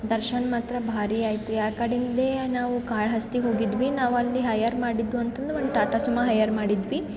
ದರ್ಶನ ಮಾತ್ರ ಭಾರಿ ಆಯಿತು ಯಾಕಡಿಂದೇ ನಾವು ಕಾಳಹಸ್ತಿಗೆ ಹೋಗಿದ್ವಿ ನಾವಲ್ಲಿ ಹೈಯರ್ ಮಾಡಿದ್ದು ಅಂತಂದ್ರೆ ಒನ್ ಟಾಟಾ ಸುಮಾ ಹೈಯರ್ ಮಾಡಿದ್ವಿ